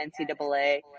NCAA